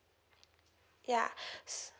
yeah so